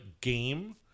game